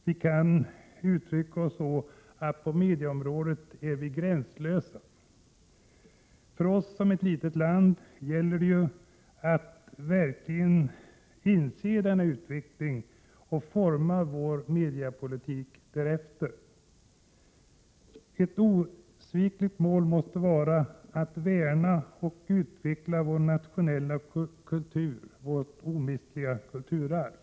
Man kan uttrycka det så, att på medieområdet är vi gränslösa. För Sverige som ett litet land gäller det att verkligen inse denna utveckling och forma vår mediepolitik därefter. Ett osvikligt mål måste vara att värna och utveckla vår nationella kultur, vårt omistliga kulturarv.